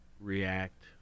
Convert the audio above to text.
react